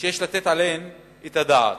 שיש לתת עליהן את הדעת: